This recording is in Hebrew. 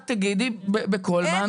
את תגידי בקול מה הנוסח.